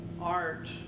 art